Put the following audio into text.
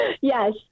Yes